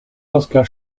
oskar